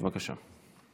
בבקשה.